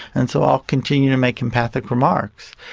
and so i'll continue to make empathic remarks.